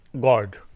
God